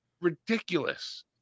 ridiculous